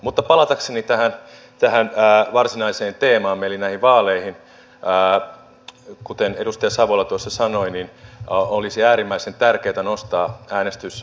mutta palatakseni tähän varsinaiseen teemaamme eli näihin vaaleihin kuten edustaja savola sanoi olisi äärimmäisen tärkeätä nostaa äänestysaktiivisuutta